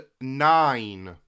nine